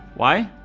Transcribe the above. why?